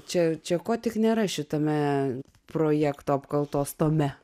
čia čia ko tik nėra šitame projekto apkaltos tome